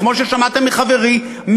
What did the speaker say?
וכמו ששמעתם מחברי,